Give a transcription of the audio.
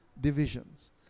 divisions